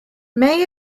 may